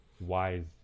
wise